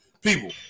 people